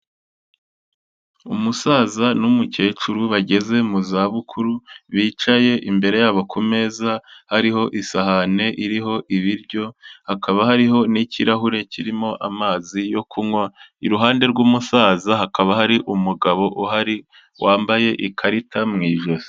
Umusaza n'umukecuru bageze mu zabukuru, bicaye imbere yabo ku meza hariho isahane iriho ibiryo, hakaba hariho n'ikirahure kirimo amazi yo kunywa, iruhande rw'umusaza hakaba hari umugabo uhari wambaye ikarita mu ijosi.